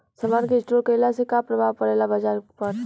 समान के स्टोर काइला से का प्रभाव परे ला बाजार के ऊपर?